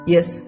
Yes